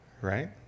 right